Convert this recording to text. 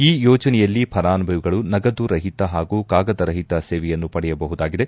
ಈ ಯೋಜನೆಯಲ್ಲಿ ಫಲಾನುಭವಿಗಳು ನಗದು ರಹಿತ ಹಾಗೂ ಕಾಗದ ರಹಿತ ಸೇವೆಯನ್ನು ಪಡೆಯಬಹುದಾಗಿದೆ